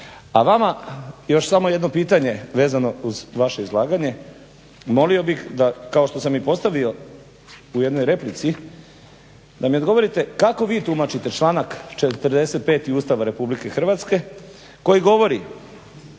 A vama još samo jedno pitanje vezano uz vaše izlaganje. Molio bi da kao što sam i postavio u jednoj replici da mi odgovorite kako vi tumačite članak 45. Ustava RH koji govori